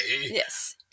Yes